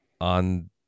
on